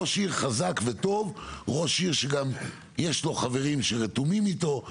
ראש עיר חזק וטוב הוא ראש עיר שגם יש לו חברים שרתומים אתו,